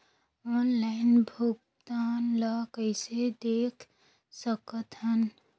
Online भुगतान ल कइसे देख सकथन?